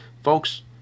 Folks